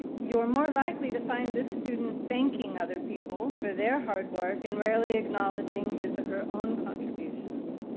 you're more likely to find this student thanking other people for their hard work and rarely acknowledging his or her own contributions.